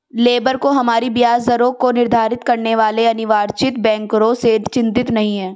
labour को हमारी ब्याज दरों को निर्धारित करने वाले अनिर्वाचित बैंकरों से चिंतित नहीं है